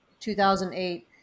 2008